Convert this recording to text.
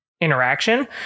interaction